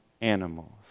animals